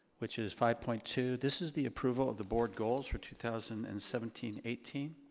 which is five point two, this is the approval of the board goals for two thousand and seventeen eighteen.